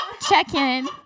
check-in